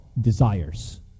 desires